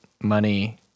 money